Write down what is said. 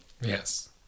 Yes